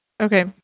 Okay